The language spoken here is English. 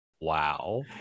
Wow